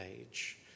age